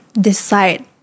decide